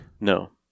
No